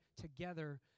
together